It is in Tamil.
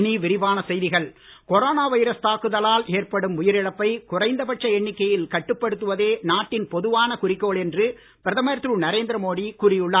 மோடி முதலமைச்சர்கள் கொரோனா வைரஸ் தாக்குதலால் ஏற்படும் உயிரிழப்பை குறைந்த பட்ச எண்ணிக்கையில் கட்டுப்படுத்துவதே நாட்டின் பொதுவான குறிக்கோள் என்று பிரதமர் திரு நரேந்திர மோடி கூறி உள்ளார்